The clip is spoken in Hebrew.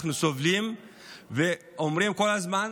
אנחנו סובלים ואומרים כל הזמן,